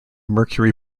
mercury